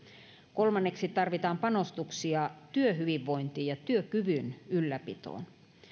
kolmanneksi tarvitaan panostuksia työhyvinvointiin ja työkyvyn ylläpitoon